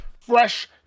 fresh